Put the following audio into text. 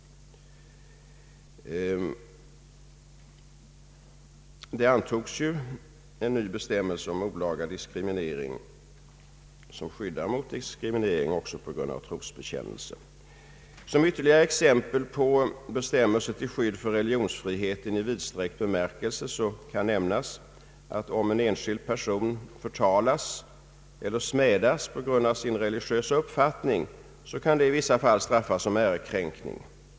Det antogs en ny bestämmelse om olaga diskriminering, som skyddar mot diskriminering också på grund av trosbekännelse. Som ytterligare exempel på bestämmelse till skydd för religionsfrihet i vidsträckt bemärkelse kan nämnas att om en enskild person förtalas eller smädas på grund av sin religiösa uppfattning kan det i vissa fall straffas som ärekränkning.